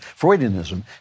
Freudianism